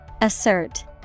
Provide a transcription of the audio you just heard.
Assert